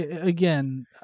again